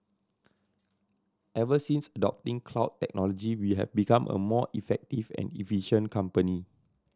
ever since adopting cloud technology we have become a more effective and efficient company